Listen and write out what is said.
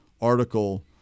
article